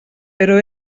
però